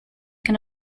can